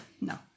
no